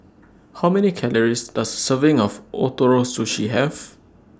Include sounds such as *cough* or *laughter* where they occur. *noise* How Many Calories Does Serving of Ootoro Sushi Have